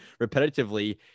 repetitively